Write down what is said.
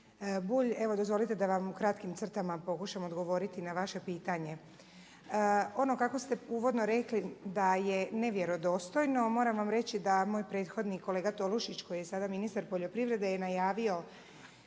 Evo dozvolite da vam u kratkim crtama pokušam odgovoriti na vaše pitanje. Ono kako ste uvodno rekli da je nevjerodostojno. Moram vam reći da moj prethodnik kolega Tolušić koji je sada ministar poljoprivrede je najavio,